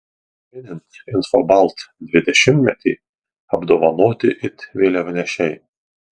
minint infobalt dvidešimtmetį apdovanoti it vėliavnešiai